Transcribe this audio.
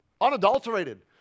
Unadulterated